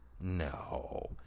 No